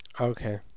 Okay